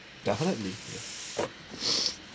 definitely